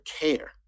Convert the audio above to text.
care